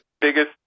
biggest